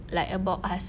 like about us